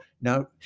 now